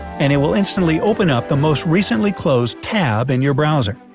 and it will instantly open up the most recently closed tab in your browser.